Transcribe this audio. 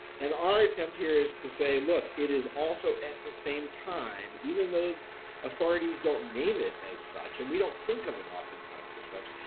and our attempt here is to say, look, it is also at the same time, even though authorities don't name it as such and we don't think of it oftentimes as such,